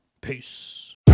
peace